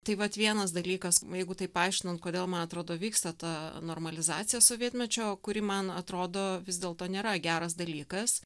tai vat vienas dalykas jeigu taip aiškinant kodėl man atrodo vyksta ta normalizacija sovietmečio kuri man atrodo vis dėlto nėra geras dalykas